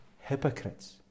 hypocrites